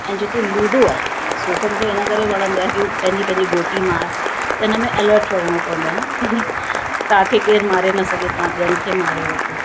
ऐं जेको लूडो आहे सो त मूंखे इन करे वणंदो आहे की पंहिंजी पंहिंजी गोटी मार त इन में एलर्ट रहिणो पवंदो आहे न की हीअ तव्हांखे केर मारे न सघे तव्हां ॿियनि खे मारे वठो